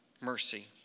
mercy